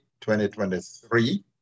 2023